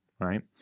right